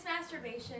masturbation